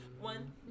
One